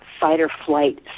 fight-or-flight